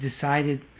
decided